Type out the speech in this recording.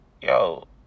Yo